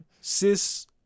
Cis